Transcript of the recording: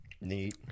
Neat